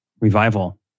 Revival